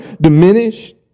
diminished